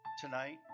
Tonight